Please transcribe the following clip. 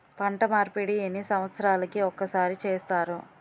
పంట మార్పిడి ఎన్ని సంవత్సరాలకి ఒక్కసారి చేస్తారు?